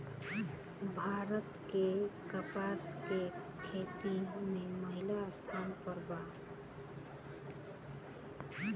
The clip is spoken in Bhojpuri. भारत के कपास के खेती में पहिला स्थान पर बा